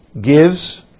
gives